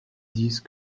disent